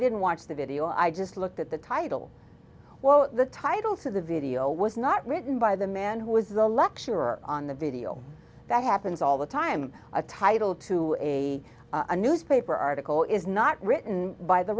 didn't watch the video i just looked at the title well the title to the video was not written by the man who was the lecturer on the video that happens all the time a title to a a newspaper article is not written by the